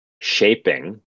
shaping